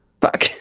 Fuck